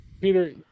Peter